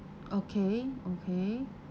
okay okay